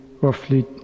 roughly